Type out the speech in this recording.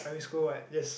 primary school what just